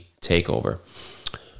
Takeover